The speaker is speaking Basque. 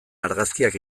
argazkiak